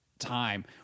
time